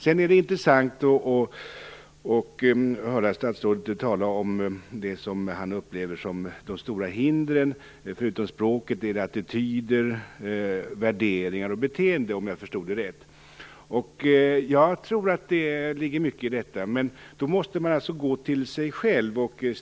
Det var intressant att höra statsrådet tala om det som han upplever som de stora hindren förutom språket: attityder, värderingar och beteende, om jag förstod det rätt. Jag tror att det ligger mycket i detta. Men då måste man gå till sig själv och analysera vilka attityder, värderingar och beteenden man själv har.